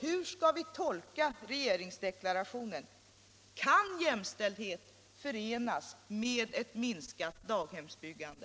Hur skall vi tolka regeringsdeklarationen? Kan jämställdhet förenas med ett minskat daghemsbyggande?